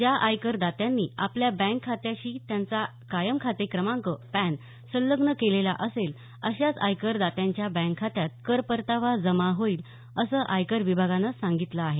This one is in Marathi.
ज्या आयकर दात्यांनी आपल्या बँक खात्याशी त्यांचा कायम खाते क्रमांक पॅन संलग्न केलेला असेल अशाच आयकर दात्यांच्या बँक खात्यात कर परतावा जमा होईल असं आयकर विभागानं सांगितलं आहे